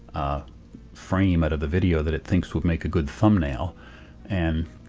a frame out of the video that it thinks would make a good thumbnail and,